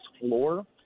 floor